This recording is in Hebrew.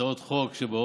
שהצעות חוק שבאות